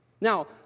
Now